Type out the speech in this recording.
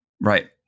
Right